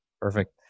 Perfect